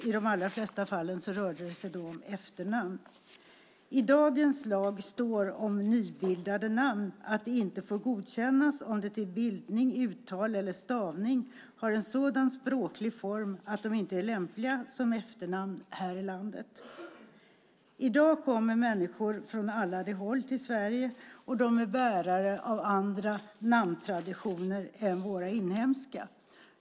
I de allra flesta fallen rörde det sig om efternamnet. I nu gällande lag står det om nybildade namn att dessa inte får godkännas om de till bildning, uttal eller stavning har en sådan språklig form att de inte är lämpliga som efternamn här i landet. I dag kommer människor från alla de håll till Sverige. De är bärare av andra namntraditioner än våra inhemska.